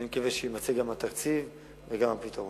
אני מקווה שיימצא גם התקציב וגם הפתרון.